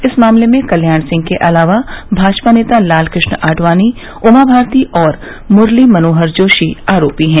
इस मामले में कल्याण सिंह के अलावा भाजपा नेता लालकृष्ण आडवाणी उमा भारती और मुरली मनोहर जोशी आरोपी है